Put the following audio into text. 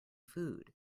food